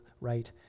right